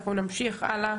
אנחנו נמשיך הלאה